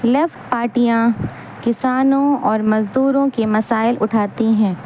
left پارٹیاں کسانوں اور مزدوروں کے مسائل اٹھاتی ہیں